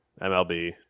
MLB